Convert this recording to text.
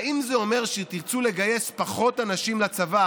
האם זה אומר שתרצו לגייס פחות אנשים לצבא